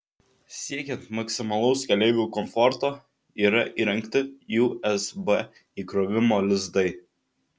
siekiant maksimalaus keleivių komforto yra įrengti usb įkrovimo lizdai